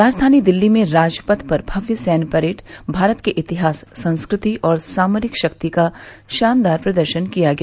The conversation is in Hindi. राजधानी दिल्ली में राजपथ पर भव्य सैन्य परेड भारत के इतिहास संस्कृति और सामरिक शक्ति का शानदार प्रदर्शन किया गया